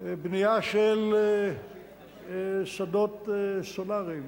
בנייה של שדות סולריים?